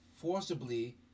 forcibly